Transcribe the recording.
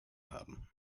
haben